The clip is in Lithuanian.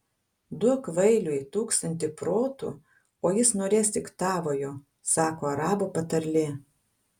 duok kvailiui tūkstantį protų o jis norės tik tavojo sako arabų patarlė